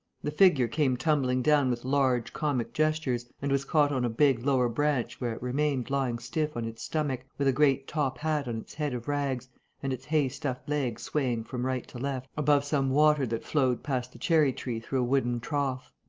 the figure came tumbling down with large, comic gestures, and was caught on a big, lower branch, where it remained lying stiff on its stomach, with a great top hat on its head of rags and its hay-stuffed legs swaying from right to left above some water that flowed past the cherry tree through a wooden trough.